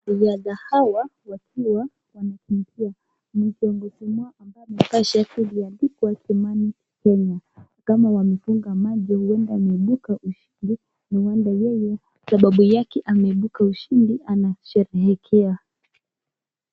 Wanariadha hawa wakiwa wanakimbia. Kiongozi wao ambaye amevaaa shati iliyoandikwa Kimani Kenya. Ni kama wamefunga macho huenda ameibuka ushindi, no wonder yeye sababu yake ameibuka ushindi anasherehekea.